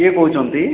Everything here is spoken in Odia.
କିଏ କହୁଛନ୍ତି